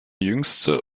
jüngste